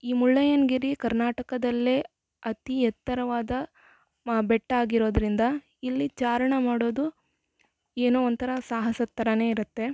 ಈ ಮುಳ್ಳಯ್ಯನ್ಗಿರಿ ಕರ್ನಾಟಕದಲ್ಲೇ ಅತೀ ಎತ್ತರವಾದ ಮ ಬೆಟ್ಟ ಆಗಿರೋದರಿಂದ ಇಲ್ಲಿ ಚಾರಣ ಮಾಡೋದು ಏನೋ ಒಂಥರ ಸಾಹಸದ ಥರಾನೆ ಇರತ್ತೆ